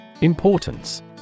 Importance